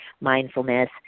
mindfulness